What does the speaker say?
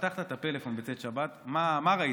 כשפתחת את הפלאפון בצאת השבת מה ראית?